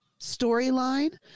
storyline